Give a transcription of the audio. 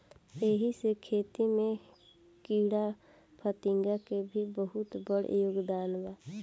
एही से खेती में कीड़ाफतिंगा के भी बहुत बड़ योगदान बा